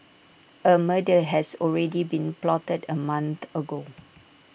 A murder has already been plotted A month ago